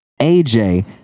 AJ